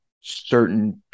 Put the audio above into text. certain